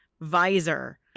visor